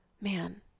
man